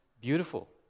beautiful